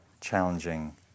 challenging